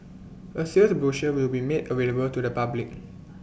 A sales brochure will be made available to the public